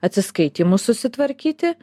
atsiskaitymus susitvarkyti